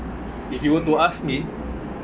if you were to ask me